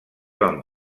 van